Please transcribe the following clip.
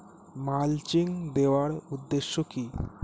Mulching দেওয়ার উদ্দেশ্য কি?